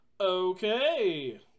Okay